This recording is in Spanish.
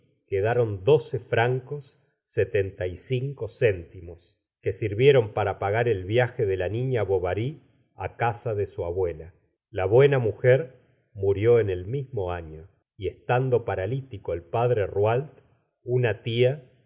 quedaron doce francos setenta y cinco céntimos que sirvieron para pagar el viaje de la niña bovary á casa de su abuela la buena mujer murió en el mismo año y estando paralitico el padre rouault una tia